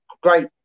great